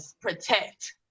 protect